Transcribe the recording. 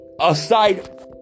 aside